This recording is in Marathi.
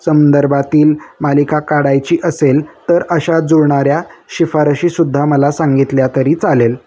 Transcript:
संदर्भातील मालिका काढायची असेल तर अशा जुळणाऱ्या शिफारशीसुद्धा मला सांगितल्या तरी चालेल